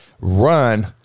run